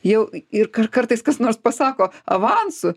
jau ir kar kartais kas nors pasako avansu